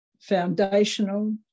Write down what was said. foundational